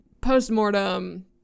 postmortem